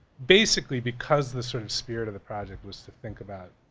basically because the sort of spirit of the project was to think about,